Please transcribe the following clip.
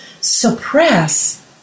suppress